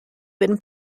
been